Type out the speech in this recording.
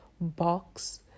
box